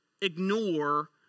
ignore